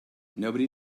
nobody